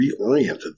reoriented